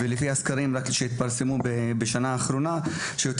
רק בסקרים שפורסמו בשנה האחרונה ניתן לראות